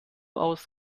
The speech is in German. aus